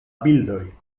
bildoj